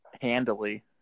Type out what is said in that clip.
Handily